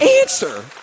answer